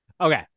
Okay